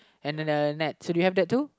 and then uh net do you have that too